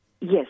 Yes